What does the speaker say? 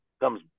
comes